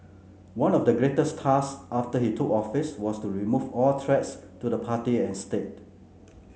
one of the greatest task after he took office was to remove all threats to the party and state